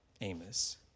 Amos